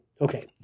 Okay